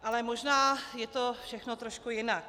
Ale možná je to všechno trošku jinak.